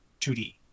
2D